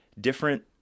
different